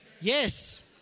Yes